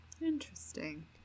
Interesting